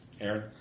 Aaron